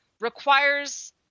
requires